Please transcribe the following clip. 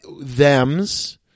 Them's